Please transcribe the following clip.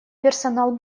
персонал